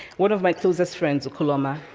one of my closest friends, okoloma,